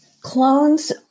Clones